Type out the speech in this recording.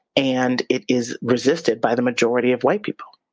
and it is resisted by the majority of white people.